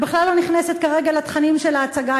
אני בכלל לא נכנסת כרגע לתכנים של ההצגה,